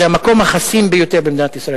זה המקום החסין ביותר במדינת ישראל,